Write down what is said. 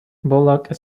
bullock